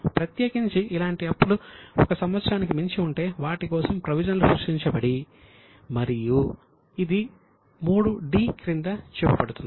ప్రత్యేకించి ఇలాంటి అప్పులు 1 సంవత్సరానికి మించి ఉంటే వాటికోసం ప్రొవిజన్లు సృష్టించబడింది మరియు ఇది 3D క్రింద చూపబడుతుంది